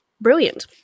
brilliant